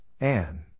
Anne